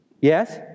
Yes